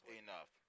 enough